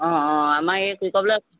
অঁ অঁ অঁ আমাৰ এই কি কয় বোলে